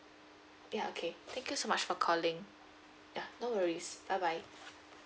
ya okay thank you so much for calling ya no worries bye bye